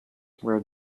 where